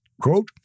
Quote